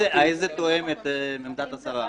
האם זה תואם את עמדת השרה?